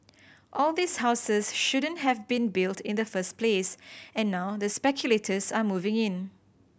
all these houses shouldn't have been built in the first place and now the speculators are moving in